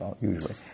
usually